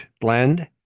blend